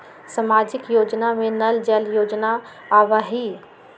सामाजिक योजना में नल जल योजना आवहई?